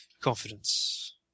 confidence